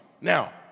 Now